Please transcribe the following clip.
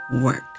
work